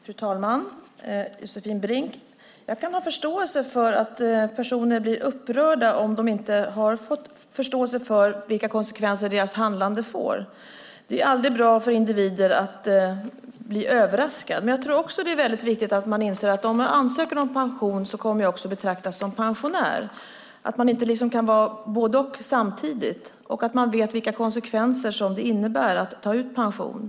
Fru talman! Josefin Brink! Jag kan ha förståelse för att personer blir upprörda om de inte förstått vilka konsekvenser deras handlande får. Det är aldrig bra för individer att bli överraskade. Samtidigt tror jag att det är viktigt att inse att om man ansöker om pension kommer man att betraktas som pensionär och att man inte kan vara både och. Det är också viktigt att man vet vilka konsekvenser det blir när man tar ut pension.